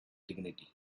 dignity